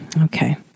Okay